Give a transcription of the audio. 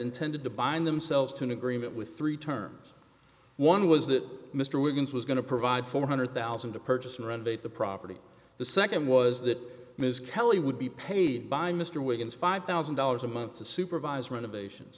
intended to bind themselves to an agreement with three terms one was that mr wiggins was going to provide four hundred thousand to purchase renovate the property the second was that ms kelly would be paid by mr wiggins five thousand dollars a month to supervise renovations